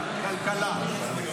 לסדר-היום, נקבע דיון ביחד.